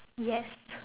yes